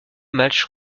matchs